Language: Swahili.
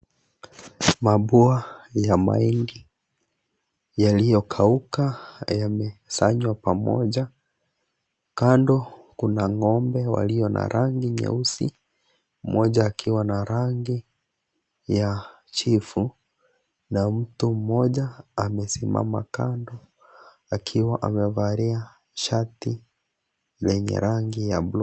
Mabua ya mahindi yaliyokauka yamesanywa pamoja. Kando kuna ng'ombe walio na rangi nyeusi, mmoja akiwa na rangi ya chifu na mtu mmoja amesimama kando akiwa amevalia shati lenye rangi ya bluu.